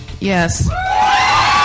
Yes